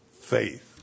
faith